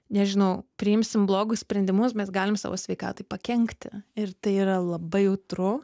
nežinau priimsim blogus sprendimus mes galim savo sveikatai pakenkti ir tai yra labai jautru